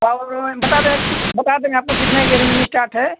और बता दें बात देंगे आपको कितना के रेंज में स्टाक है